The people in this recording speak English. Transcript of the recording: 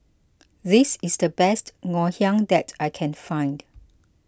this is the best Ngoh Hiang that I can find